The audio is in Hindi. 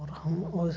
और हम उस